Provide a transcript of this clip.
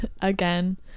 again